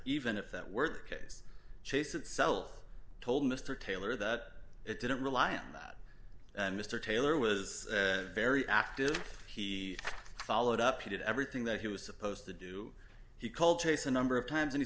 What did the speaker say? even if that were the case chase itself told mr taylor that it didn't rely on that mr taylor was very active he followed up he did everything that he was supposed to do he called chase a number of times and he